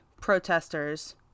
protesters